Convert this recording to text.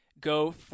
go